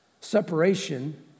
Separation